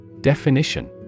Definition